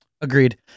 Agreed